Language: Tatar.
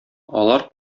алар